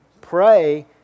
pray